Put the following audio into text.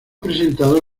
presentado